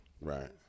right